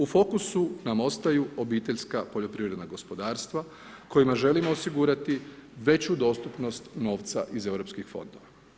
U fokusu nam ostaju obiteljska poljoprivredna gospodarstva kojima želimo osigurati veću dostupnost novca iz europskih fondova.